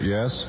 Yes